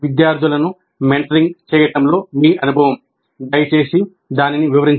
విద్యార్థులను మెంటరింగ్ చేయడంలో మీ అనుభవం దయచేసి దానిని వివరించండి